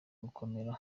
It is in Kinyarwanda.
gukomera